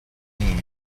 mean